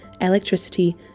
electricity